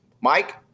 Mike